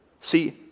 See